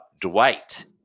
Dwight